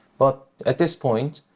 but, at this point,